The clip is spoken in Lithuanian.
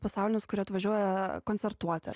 pasaulinius kurie atvažiuoja koncertuoti